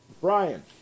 Brian